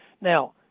Now